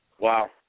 Wow